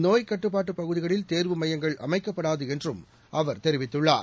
நோய்க் கட்டுப்பாட்டு பகுதிகளில் தேர்வு மையங்கள் அமைக்கப்படாது என்றும் அவர் தெரிவித்துள்ளார்